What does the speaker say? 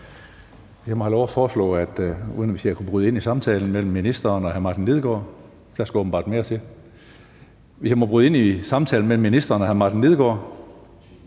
må have lov at foreslå – hvis jeg ellers kan bryde ind i samtalen mellem ministeren og hr. Martin Lidegaard, men der skal åbenbart mere til: Hvis jeg må bryde ind i samtalen mellem ministeren og hr. Martin Lidegaard,